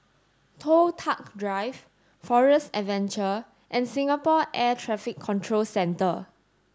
Toh Tuck Drive Forest Adventure and Singapore Air Traffic Control Centre